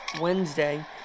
Wednesday